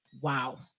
wow